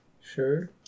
sure